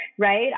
Right